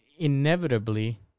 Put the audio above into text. Inevitably